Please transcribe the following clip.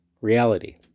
reality